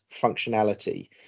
functionality